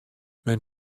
men